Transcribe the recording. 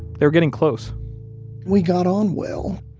they were getting close we got on well.